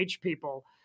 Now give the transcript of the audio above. people